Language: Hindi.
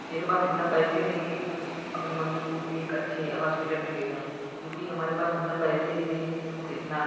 मेरे पास इतना पैसे नहीं है कि हम अपने मम्मी को एक अच्छे हॉस्पिटल में ले जाऊँ क्योंकि हमारे पास इतना पैसे ही नहीं है कि हम इतना